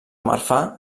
marfà